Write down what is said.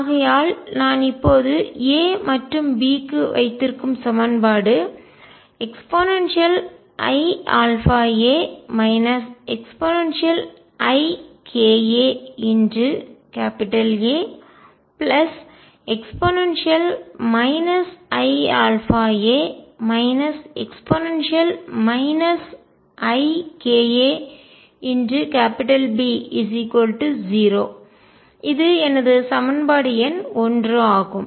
ஆகையால் நான் இப்போது A மற்றும் B க்கு வைத்திருக்கும் சமன்பாடு eiαa eikaA e iαa e ikaB0 இது எனது சமன்பாடு எண் 1 ஆகும்